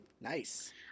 nice